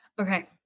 Okay